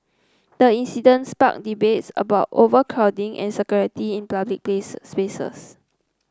the incident sparked debates about overcrowding and security in public spaces